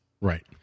right